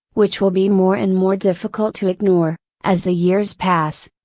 which will be more and more difficult to ignore, as the years pass.